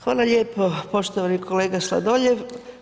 Hvala lijepo poštovani kolega Sladoljev.